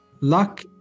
luck